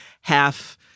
half